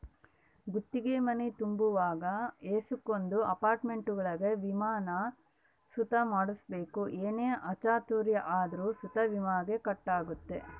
ಗುತ್ತಿಗೆ ಮನೆ ತಗಂಬುವಾಗ ಏಸಕೊಂದು ಅಪಾರ್ಟ್ಮೆಂಟ್ಗುಳಾಗ ವಿಮೇನ ಸುತ ಮಾಡ್ಸಿರ್ಬಕು ಏನೇ ಅಚಾತುರ್ಯ ಆದ್ರೂ ಸುತ ವಿಮೇಗ ಕಟ್ ಆಗ್ತತೆ